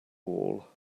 all